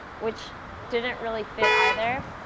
which didn't really fit either.